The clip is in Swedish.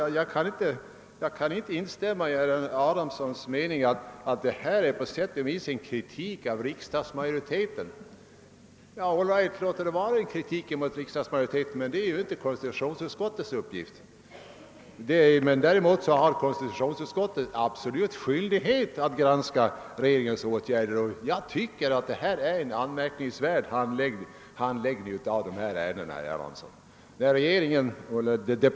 Jag kan inte heller instämma i herr Adamssons mening att detta på sätt och vis skulle vara en kritik mot riksdagsmajoriteten. Om det är en kritik, så låt det vara det. Det är emellertid inte konstitutionsutskottets uppgift att kritisera riksdagen — däremot har konstitutionsutskottet absolut skyldighet att granska regeringens åtgärder. Och jag tycker att handläggningen av dessa ärenden har varit anmärkningsvärd.